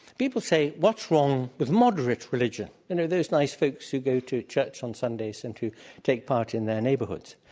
people say, what's wrong with moderate religion? you know, those nice folks who go to church on sundays and who take part in their neighborhoods.